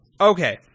Okay